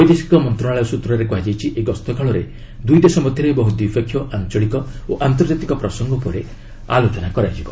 ବୈଦେଶିକ ମନ୍ତ୍ରଣାଳୟ ସୂତ୍ରରେ କୁହାଯାଇଛି ଏହି ଗସ୍ତ କାଳରେ ଦୁଇଦେଶ ମଧ୍ୟରେ ବହୁ ଦ୍ୱିପକ୍ଷୀୟ ଆଞ୍ଚଳିକ ଓ ଅନ୍ତର୍ଜାତୀୟ ପ୍ରସଙ୍ଗ ଉପରେ ଆଲୋଚନା ହେବ